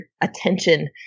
attention